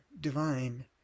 divine